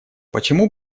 почему